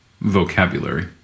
vocabulary